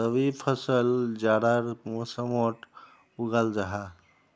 रबी फसल जाड़ार मौसमोट उगाल जाहा